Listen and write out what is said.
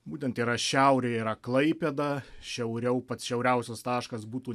būtent yra šiaurė yra klaipėda šiauriau pats šiauriausias taškas būtų